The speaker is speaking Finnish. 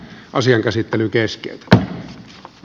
asian käsittely keskeytetään